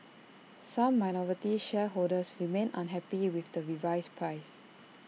some minority shareholders remain unhappy with the revised price